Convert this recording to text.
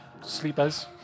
sleepers